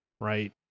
right